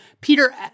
Peter